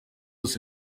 zose